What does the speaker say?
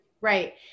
Right